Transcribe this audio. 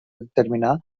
determinar